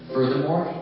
Furthermore